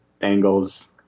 angles